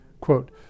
Quote